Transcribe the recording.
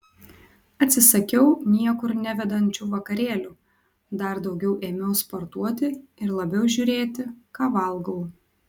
atsisakiau niekur nevedančių vakarėlių dar daugiau ėmiau sportuoti ir labiau žiūrėti ką valgau